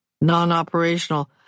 non-operational